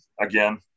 again